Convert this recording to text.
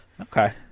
Okay